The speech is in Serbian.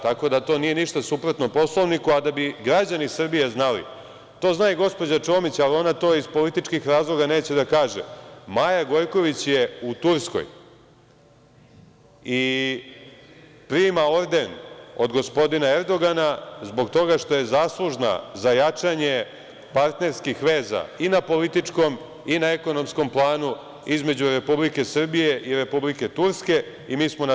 Tako da to nije ništa suprotno Poslovniku, a da bi građani Srbije znali, to zna i gospođa Čomić, ali ona to iz političkih razloga neće da kaže, Maja Gojković je u Turskoj i prima orden od gospodina Erdogana zbog toga što je zaslužna za jačanje partnerskih veza i na političkom i na ekonomskom planu između Republike Srbije i Republike Turske i mi smo na to ponosni.